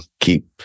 keep